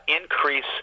increase